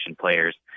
players